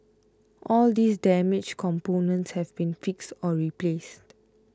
all these damaged components have been fixed or replaced